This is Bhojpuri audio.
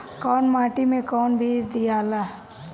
कौन माटी मे कौन बीज दियाला?